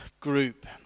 group